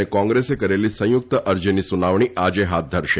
અને કોંગ્રેસે કરેલી સંયુક્ત અરજીની સુનાવણી આજે હાથ ધરશે